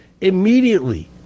Immediately